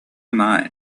mind